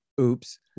Oops